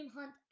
Hunt